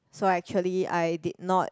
so actually I did not